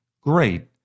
great